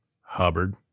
Hubbard